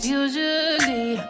usually